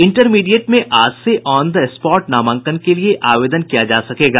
intermediate में आज से ऑन द स्पॉट नामांकन के लिए आवेदन किया जा सकेगा